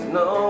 no